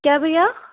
क्या भैया